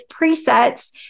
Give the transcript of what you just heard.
presets